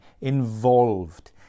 involved